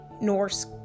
Norse